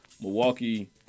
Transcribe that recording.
Milwaukee